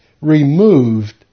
removed